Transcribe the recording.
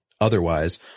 otherwise